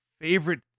favorite